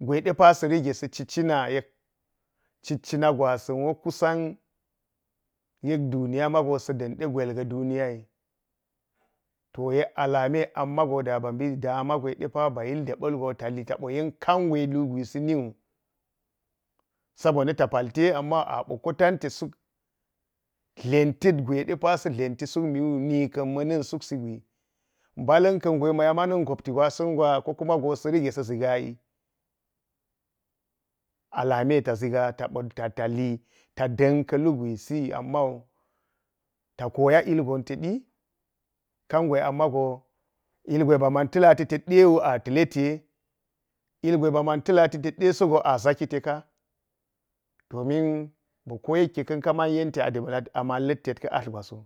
gwe ɗe pa sa̱ rige sa̱ ci, cina yek cit – cina gwasan wo depa, yek duniya – sa̱ da̱nɗe gwel ga̱ duniya yi. To yek a lami a mi mago da mbabi daama gwe, ba yil deba̱l wugo ta li tabo yen kangwe de pa ba yil deba̱l go taɓo ta yen kangwe ɗepa lu gwisi niwui sa bo na̱ ta palte abo ko tante na̱ dlenta̱t gwe de pa sa̱ dlenti sula niwu. Mak ma̱na̱n suksi gwi mba̱la̱n ka̱n gwe ɗe pa ma ya man gopti gwasa̱n gwa, ko kuma go sa̱ rige sa̱ ʒiga yi. A lame ta ʒhiga ta li ta k dạn ka̱lu gwisi a mawu ta koya ilgon tedi ka̱n gwe amago ilgwe baman ta̱la tetɗa wu a ta̱le te. Ilgwe ba man ta̱la ti tet ɗe sogo a ʒaki teka domin ba̱ ko yeka̱n ka man yenti a de ba̱l aka ta̱le ka atl gwaso.